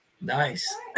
Nice